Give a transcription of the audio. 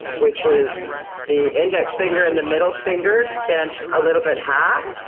which is the index finger and the middle finger bent a little bit half,